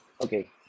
Okay